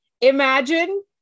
imagine